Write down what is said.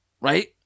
Right